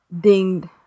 dinged